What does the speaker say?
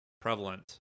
prevalent